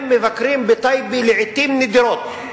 הם מבקרים בטייבה לעתים נדירות.